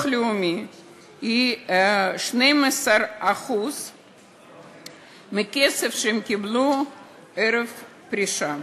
הלאומי היא 12% מהכסף שהם קיבלו ערב הפרישה,